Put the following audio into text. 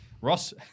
Ross